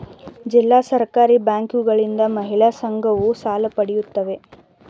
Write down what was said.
ಜಿಲ್ಲಾ ಸಹಕಾರಿ ಬ್ಯಾಂಕುಗಳಿಂದ ಮಹಿಳಾ ಸಂಘಗಳು ಸಾಲ ಪಡೆಯುತ್ತವೆ